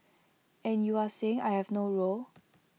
and you are saying I have no role